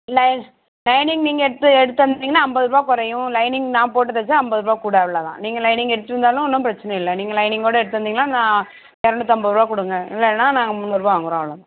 லை lining நீங்கள் எடுத்து எடுத்து வந்தீங்கன்னா ஐம்பதுரூபா குறையும் லைனிங் நான் போட்டு தைச்சா ஐம்பதுரூபா கூட அவ்வளோதான் நீங்கள் லைனிங் எடுத்துகிட்டு வந்தாலும் ஒன்றும் பிரச்சனை இல்லை நீங்கள் லைனிங்கோடயே எடுத்துகிட்டு வந்தீங்கன்னா நான் எரநூற்றம்பதுருவா கொடுங்க இல்லைன்னா நாங்கள் முந்நூறுரூவா வாங்குகிறோம் அவ்வளோ தான்